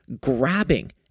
grabbing